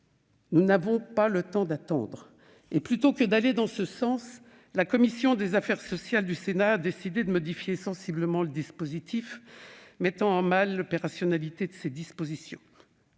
nous n'avons pas le temps d'attendre ! Or, plutôt que d'aller dans ce sens, la commission des affaires sociales du Sénat a décidé de modifier sensiblement le dispositif, mettant à mal l'opérationnalité de ses dispositions.